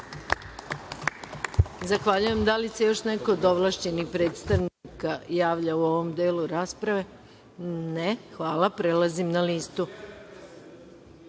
Zahvaljujem. Da li se još neko od ovlašćenih predstavnika javlja u ovom delu rasprave? (Ne.)Hvala. Prelazimo na